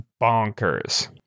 bonkers